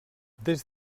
des